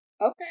Okay